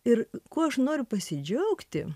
ir kuo aš noriu pasidžiaugti